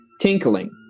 Tinkling